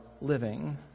living